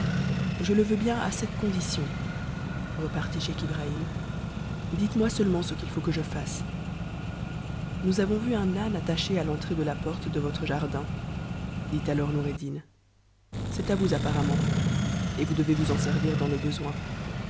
je le veux bien à cette condition repartit ch ibrahim dites-moi seulement ce qu'il faut que je fasse nous avons vu un âne attaché à l'entrée de la porte de votre jardin dit alors noureddin c'est a vous apparemment et vous devez vousp fi servir dans le besoin